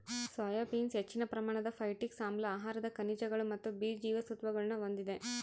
soya beans ಹೆಚ್ಚಿನ ಪ್ರಮಾಣದ phytic ಆಮ್ಲ ಆಹಾರದ ಖನಿಜಗಳು ಮತ್ತು ಬಿ ಜೀವಸತ್ವಗುಳ್ನ ಹೊಂದಿದೆ